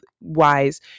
wise